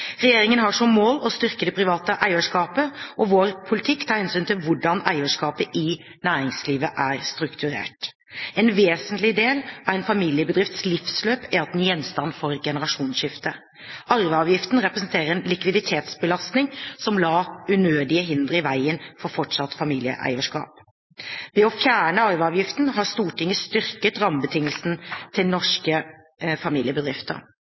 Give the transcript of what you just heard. Regjeringen har som mål å styrke det private eierskapet, og vår politikk tar hensyn til hvordan eierskapet i næringslivet er strukturert. En vesentlig del av en familiebedrifts livsløp er at den er gjenstand for generasjonsskifter. Arveavgiften representerte en likviditetsbelastning som la unødige hindre i veien for fortsatt familieeierskap. Ved å fjerne arveavgiften har Stortinget styrket rammebetingelsene til norske familiebedrifter.